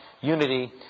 unity